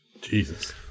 Jesus